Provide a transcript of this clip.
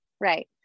right